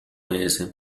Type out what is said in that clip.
mesi